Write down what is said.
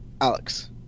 alex